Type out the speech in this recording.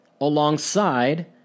alongside